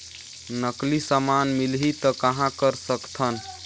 नकली समान मिलही त कहां कर सकथन?